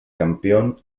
campeón